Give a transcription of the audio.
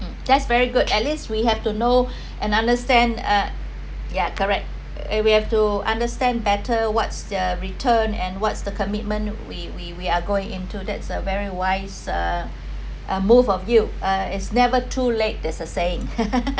that's very good at least we have to know and understand uh yeah correct if we have to understand better what's the return and what's the commitment we we we are going into that's a very wise uh move of you uh it's never too late that’s the saying